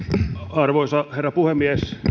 arvoisa herra puhemies